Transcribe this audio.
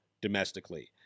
domestically